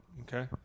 Okay